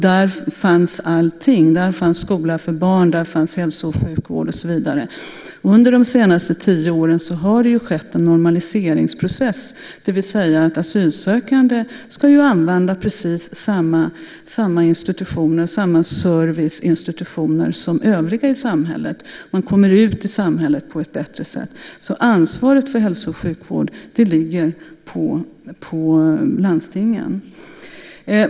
Där fanns allt: skola för barn, hälso och sjukvård och så vidare. Under de senaste tio åren har det skett en normaliseringsprocess, det vill säga asylsökande ska använda precis samma serviceinstitutioner som övriga i samhället. Man kommer ut i samhället på ett bättre sätt. Ansvaret för hälso och sjukvård ligger på landstingen.